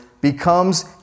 becomes